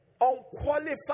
Unqualified